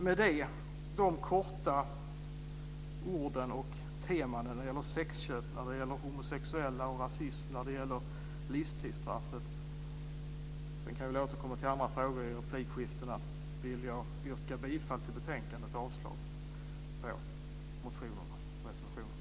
Med dessa korta ord och teman när det gäller sexköp, homosexuella, rasism och livstidsstraffet - sedan kan vi återkomma till andra frågor i replikskiftena - vill jag yrka bifall till förslaget till riksdagsbeslut i betänkandet och avslag på motionerna och reservationerna.